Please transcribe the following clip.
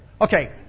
Okay